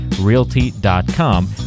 realty.com